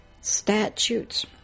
statutes